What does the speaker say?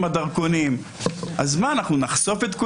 לרבות השוטרים, למרות שגם לנו יש